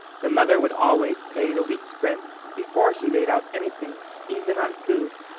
the mother would always pay the week's rent before she laid out anything even on food.